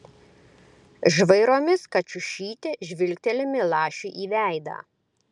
žvairomis kačiušytė žvilgteli milašiui į veidą